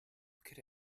could